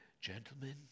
gentlemen